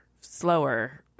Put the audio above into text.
slower